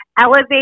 elevate